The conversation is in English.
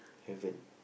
haven't